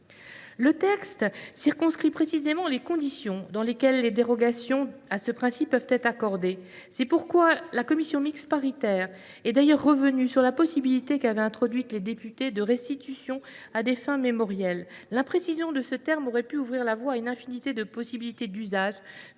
Le texte circonscrit précisément les conditions dans lesquelles des dérogations à ce principe peuvent être accordées. C’est pourquoi la commission mixte paritaire est d’ailleurs revenue sur la possibilité qu’avaient introduite les députés de restitutions à des fins mémorielles. L’imprécision de ce terme aurait pu ouvrir la voie à une infinité de possibilités d’usages